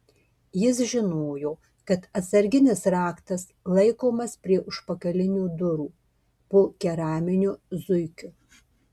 jis žinojo kad atsarginis raktas laikomas prie užpakalinių durų po keraminiu zuikiu